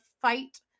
fight